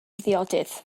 ddiodydd